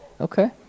okay